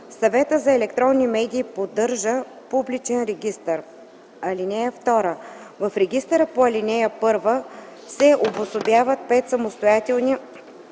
Съветът за електронни медии поддържа публичен регистър. (2) В регистъра по ал. 1 се обособяват 5 самостоятелни